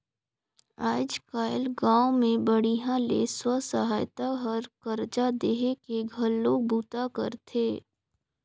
आयज कायल गांव मे बड़िहा ले स्व सहायता हर करजा देहे के घलो बूता करथे